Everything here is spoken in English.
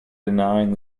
denying